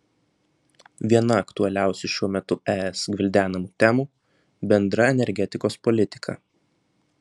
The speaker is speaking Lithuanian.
viena aktualiausių šiuo metu es gvildenamų temų bendra energetikos politika